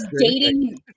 dating